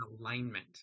alignment